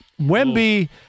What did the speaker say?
Wemby